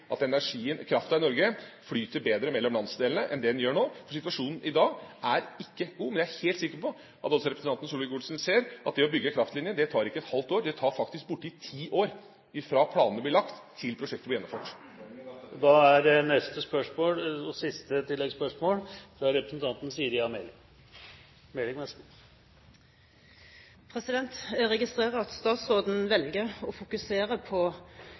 at energien, kraften, i Norge flyter bedre mellom landsdelene enn det den gjør nå, for situasjonen i dag er ikke god. Men jeg er helt sikker på at også representanten Solvik-Olsen ser at det å bygge kraftlinjer, ikke tar et halvt år. Det tar faktisk borti ti år fra planene blir lagt, til prosjektet blir gjennomført. Poenget er at de er blitt utsatt. Siri A. Meling – til oppfølgingsspørsmål. Jeg registrerer at statsråden velger å fokusere på